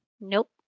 Nope